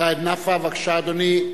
סעיד נפאע, בבקשה, אדוני.